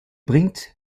bringt